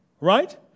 Right